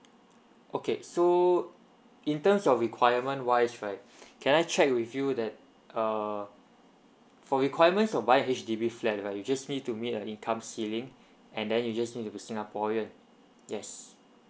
okay so in terms of requirement wise right can I check with you that uh for requirements to buy H_D_B flat right you just need to meet the income ceiling and then you just need to be singaporean yes